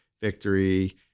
victory